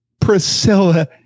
Priscilla